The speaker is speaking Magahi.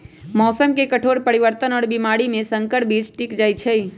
मौसम के कठोर परिवर्तन और बीमारी में संकर बीज टिक जाई छई